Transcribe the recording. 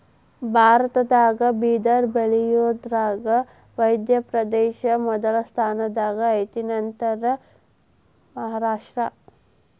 ಭಾರತದಾಗ ಬಿದರ ಬಳಿಯುದರಾಗ ಮಧ್ಯಪ್ರದೇಶ ಮೊದಲ ಸ್ಥಾನದಾಗ ಐತಿ ನಂತರಾ ಮಹಾರಾಷ್ಟ್ರ